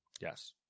Yes